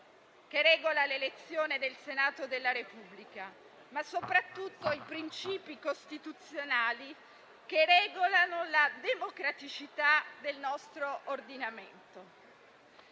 che regola l'elezione del Senato della Repubblica, ma soprattutto i principi costituzionali che regolano la democraticità del nostro ordinamento.